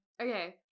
Okay